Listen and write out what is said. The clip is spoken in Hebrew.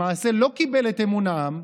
למעשה לא קיבל את אמון העם,